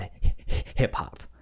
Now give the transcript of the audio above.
hip-hop